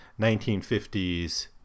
1950s